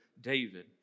David